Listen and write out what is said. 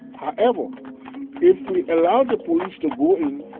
however, if we allowed the police to go in,